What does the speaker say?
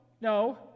no